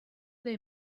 they